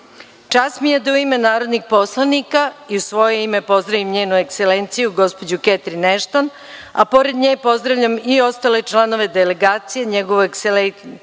mi je da u ime narodnih poslanika i u svoje ime pozdravim njenu ekselenciju Ketrin Ešton, a pored nje pozdravljam i ostale članove delegacije, njegovu ekselenciju